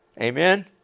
Amen